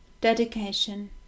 dedication